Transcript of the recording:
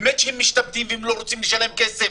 הם באמת משתמטים ולא רוצים לשלם כסף,